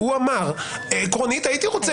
הוא אמר: עקרונית הייתי רוצה